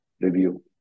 review